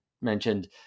mentioned